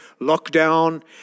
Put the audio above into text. lockdown